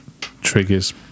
triggers